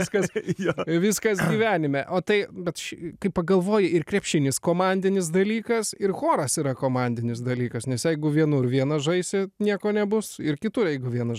viskas jo viskas gyvenime o tai bet ši kai pagalvoji ir krepšinis komandinis dalykas ir choras yra komandinis dalykas nes jeigu vienur vienas žaisi nieko nebus ir kitur jeigu vienas